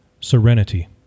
Serenity